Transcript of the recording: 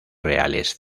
reales